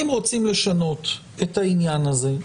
אם רוצים לשנות את העניין הזה,